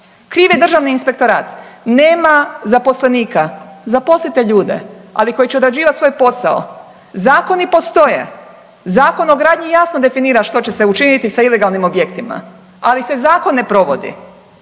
kriv je državni inspektorat. Nema zaposlenika, zaposlite ljude ali koji će odrađivati svoj posao, zakoni postoje, Zakon o gradnji jasno definira što će se učiniti sa ilegalnim objektima, ali se zakon ne provodi.